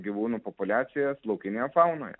gyvūnų populiacijas laukinėje faunoje